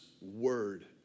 Word